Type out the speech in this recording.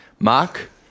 Mark